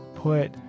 put